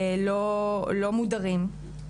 לא מודרים.